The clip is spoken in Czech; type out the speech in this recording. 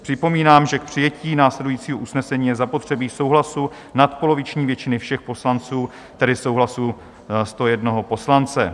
Připomínám, že k přijetí následujícího usnesení je zapotřebí souhlasu nadpoloviční většiny všech poslanců, tedy souhlasu 101 poslance.